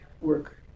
work